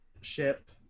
ship